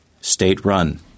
State-run